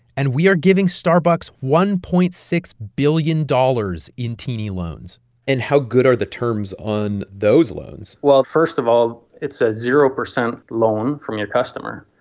and we are giving starbucks one point six billion dollars in teeny loans and how good are the terms on those loans? well, first of all, it's a zero percent loan from your customer.